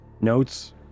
notes